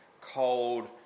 cold